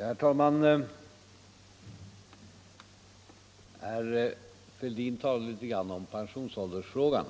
Herr talman! Herr Fälldin var inne litet på pensionsåldersfrågan